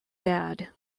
bad